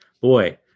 boy